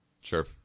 Sure